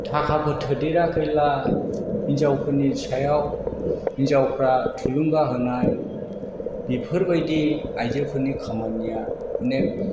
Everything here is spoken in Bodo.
थाखाफोर थोदेराखैब्ला हिनजावफोरनि सायाव हिनजावफ्रा थुलुंगा होनाय बिफोरबायदि आइजोफोरनि खामानिया अनेख